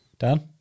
Dan